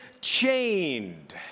chained